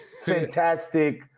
Fantastic